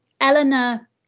Eleanor